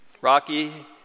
Rocky